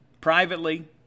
privately